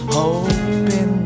hoping